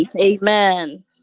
Amen